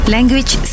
Language